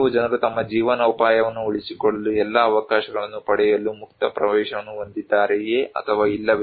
ಕೆಲವು ಜನರು ತಮ್ಮ ಜೀವನೋಪಾಯವನ್ನು ಉಳಿಸಿಕೊಳ್ಳಲು ಎಲ್ಲಾ ಅವಕಾಶಗಳನ್ನು ಪಡೆಯಲು ಮುಕ್ತ ಪ್ರವೇಶವನ್ನು ಹೊಂದಿದ್ದಾರೆಯೇ ಅಥವಾ ಇಲ್ಲವೇ